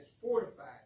fortified